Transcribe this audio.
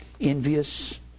Envious